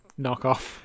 knockoff